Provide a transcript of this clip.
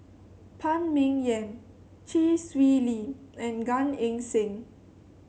Phan Ming Yen Chee Swee Lee and Gan Eng Seng